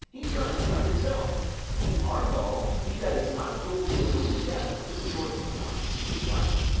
he drowns not himself argal, he that is not guilty of his own death shortens not his own life.